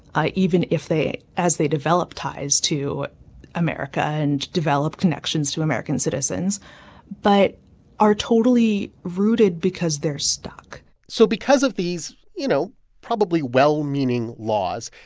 even if they as they develop ties to america and develop connections to american citizens but are totally rooted because they're stuck so because of these, you know, probably well-meaning laws,